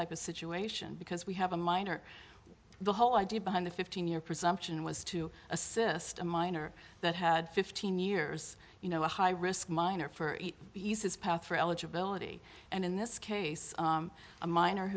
type of situation because we have a minor the whole idea behind the fifteen year presumption was to assist a miner that had fifteen years you know a high risk miner for eight pieces path for eligibility and in this case a min